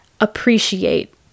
appreciate